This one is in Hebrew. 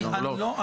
לא, אנחנו לא.